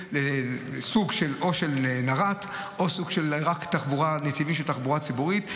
בסוג של נר"ת או רק של נתיבים של תחבורה ציבורית,